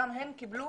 גם הן קיבלו